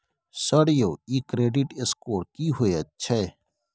Sir यौ इ credit score की होयत छै?